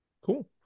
cool